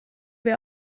wir